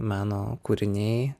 meno kūriniai